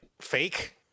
fake